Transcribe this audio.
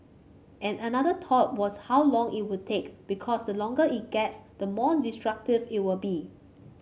and another thought was how long it would take because the longer it gets the more destructive it will be